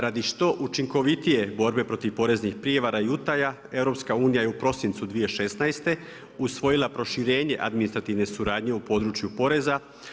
Radi što učinkovitije borbe protiv poreznih prijevara i utaja EU je u prosincu 2016. usvojila proširenje administrativne suradnje u području poreza.